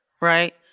right